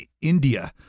India